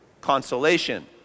Consolation